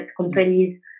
companies